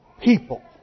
people